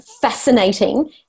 fascinating